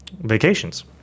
vacations